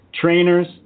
trainers